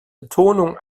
betonung